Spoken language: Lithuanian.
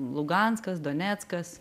luganskas doneckas